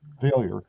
failure